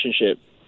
relationship